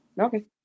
Okay